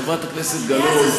חברת הכנסת גלאון,